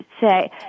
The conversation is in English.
say